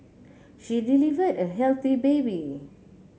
she delivered a healthy baby